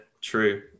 true